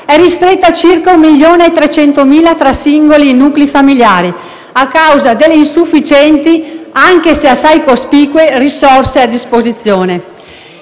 è ristretta a circa 1,3 milioni tra singoli e nuclei familiari a causa delle insufficienti, anche se assai cospicue, risorse a disposizione.